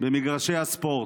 במגרשי הספורט.